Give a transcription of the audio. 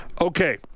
okay